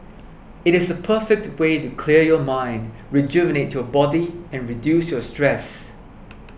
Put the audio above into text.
it is the perfect way to clear your mind rejuvenate your body and reduce your stress